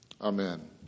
Amen